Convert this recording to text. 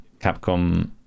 capcom